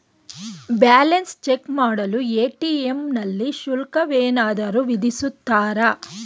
Balance check ಮಾಡಲು ATM ನಲ್ಲಿ ಶುಲ್ಕವೇನಾದರೂ ವಿಧಿಸುತ್ತಾರಾ?